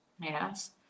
yes